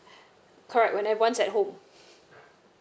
correct when I once at home